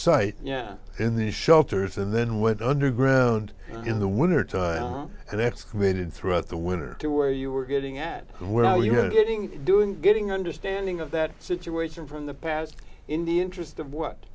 site yeah in the shelters and then went underground in the winter time and excavated throughout the winter to where you were getting at where are you getting doing getting understanding of that situation from the past in the interest of what